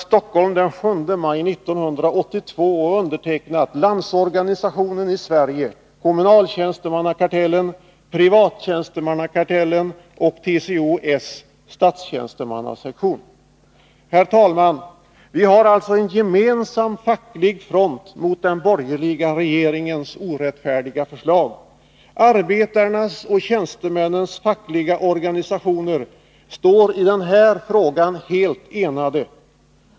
Stockholm den 7 maj 1982 LANDSORGANISATIONEN I SVERIGE KOMMUNALTJÄNSTEMANNAKARTELLEN PRIVATTJÄNSTEMANNAKARTELLEN TCOs STATSTJÄNSTEMANNASEKTION” Herr talman! Vi har alltså en gemensam facklig front mot den borgerliga regeringens orättfärdiga förslag. Arbetarnas och tjänstemännens fackliga organisationer står i den här frågan helt enade.